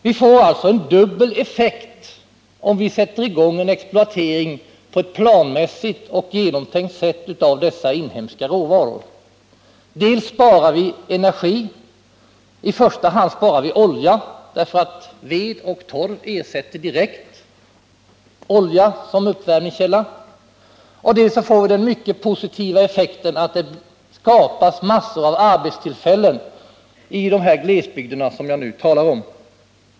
Det blir alltså dubbel effekt om vi sätter i gång en exploatering av dessa inhemska råvaror på ett planmässigt och genomtänkt sätt. I första hand sparar vi olja, därför att ved och torv ersätter denna direkt som uppvärmningskälla. I andra hand får vi den positiva effekten att det skapas massor av arbetstillfällen i de glesbygder jag nu talar om.